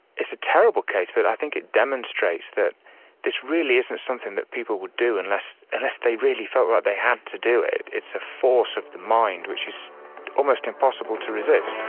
it's a terrible case, but i think it demonstrates that this really isn't something that people would do unless unless they really felt like they had to do it. it's a force of the mind which is almost impossible to resist.